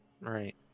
Right